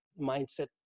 mindset